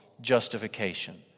justification